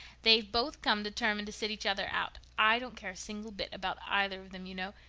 they've both come determined to sit each other out. i don't care a single bit about either of them, you know.